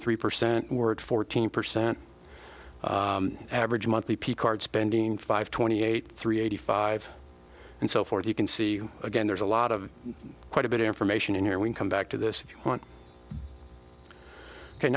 three percent were fourteen percent average monthly picart spending five twenty eight three eighty five and so forth you can see again there's a lot of quite a bit of information in here we come back to this one